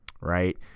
right